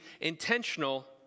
intentional